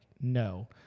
no